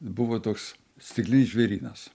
buvo toks stiklinis žvėrynas